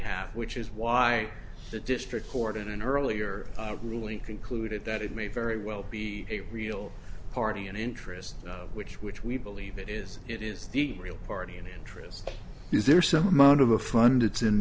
have which is why the district court in an earlier ruling concluded that it may very well be a real party and interest which which we believe it is it is the real party in interest is there some amount of a fund it's in